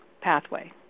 pathway